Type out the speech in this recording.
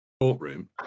courtroom